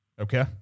Okay